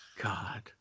God